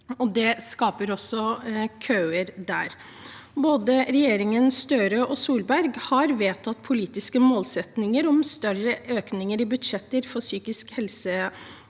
det skaper også køer der. Både regjeringen Støre og regjeringen Solberg har vedtatt politiske målsettinger om større økninger i budsjetter for psykisk helse